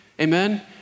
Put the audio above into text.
Amen